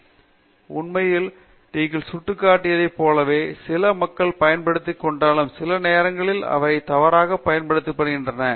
உங்கள் பார்வையில் உண்மையில் நீங்கள் சுட்டிக்காட்டியதைப் போலவே சில மக்கள் பயன்படுத்திக் கொண்டாலும் சில நேரங்களில் அவை தவறாக பயன்படுத்தப்படுகின்றன